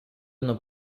non